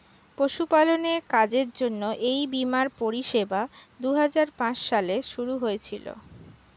পশুপালনের কাজের জন্য এই বীমার পরিষেবা দুহাজার পাঁচ সালে শুরু হয়েছিল